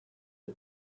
the